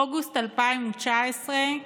באוגוסט 2019,